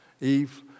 Eve